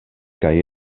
kaj